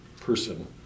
person